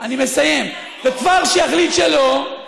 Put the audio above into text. אני מסיים, וכפר שיחליט שלא,